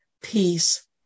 peace